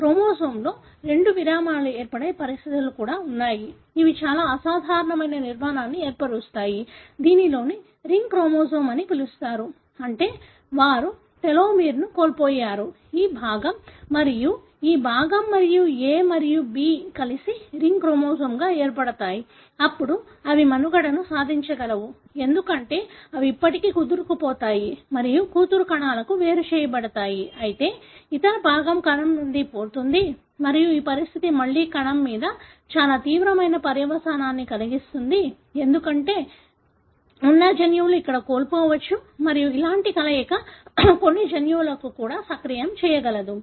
క్రోమోజోమ్లో రెండు విరామాలు ఏర్పడే పరిస్థితులు కూడా ఉన్నాయి ఇవి చాలా అసాధారణమైన నిర్మాణాన్ని ఏర్పరుస్తాయి దీనిని రింగ్ క్రోమోజోమ్ అని పిలుస్తారు అంటే వారు టెలోమీర్ను కోల్పోయారు ఈ భాగం మరియు ఈ భాగం మరియు A మరియు B కలిసి రింగ్ క్రోమోజోమ్గా ఏర్పడతాయి అప్పుడు అవి మనుగడ సాగించగలవు ఎందుకంటే అవి ఇప్పటికీ కుదురుకుపోతాయి మరియు కూతురు కణాలకు వేరు చేయబడతాయి అయితే ఇతర భాగం కణం నుండి పోతుంది మరియు ఈ పరిస్థితి మళ్ళీ కణం మీద చాలా తీవ్రమైన పర్యవసానాన్ని కలిగిస్తుంది ఎందుకంటే ఉన్న జన్యువులు ఇక్కడ కోల్పోవచ్చు మరియు అలాంటి కలయిక కొన్ని జన్యువులను కూడా సక్రియం చేయగలదు